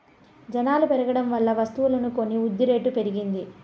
జనాలు పెరగడం వల్ల వస్తువులు కొని వృద్ధిరేటు పెరిగింది